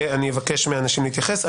ואני אבקש מאנשים להתייחס.